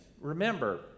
remember